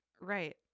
Right